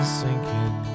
sinking